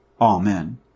Amen